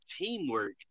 teamwork